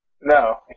No